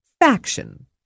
Faction